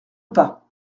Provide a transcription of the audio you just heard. pas